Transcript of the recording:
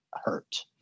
hurt